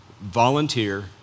volunteer